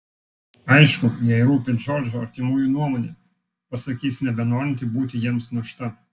aišku jai rūpi džordžo artimųjų nuomonė pasakys nebenorinti būti jiems našta